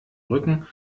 rücken